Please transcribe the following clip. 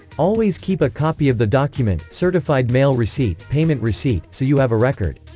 always keep a copy of the document, certified mail receipt, payment receipt, so you have a record.